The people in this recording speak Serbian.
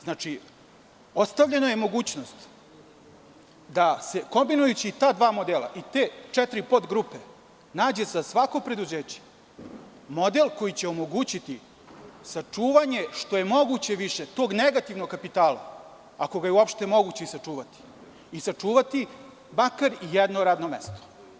Znači, ostavljena je mogućnost da se, kombinujući ta dva modela i te četiri podgrupe, nađe za svako preduzeće model koji će omogućiti sačuvanje što je moguće više tog negativnog kapitala, ako ga je moguće i sačuvati i sačuvati makar i jedno radno mesto.